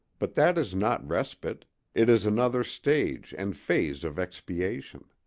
but that is not respite it is another stage and phase of expiation.